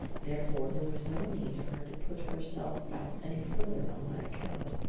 therefore there was no need for her to put herself out any further on my account.